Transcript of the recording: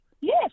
Yes